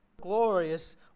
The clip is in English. Glorious